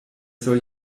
soll